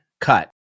cut